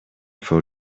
for